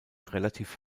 relativ